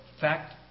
Fact